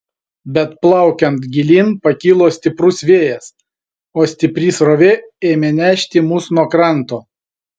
bet plaukiant gilyn pakilo stiprus vėjas o stipri srovė ėmė nešti mus nuo kranto